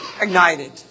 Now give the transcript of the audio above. ignited